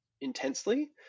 intensely